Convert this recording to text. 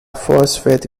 phosphate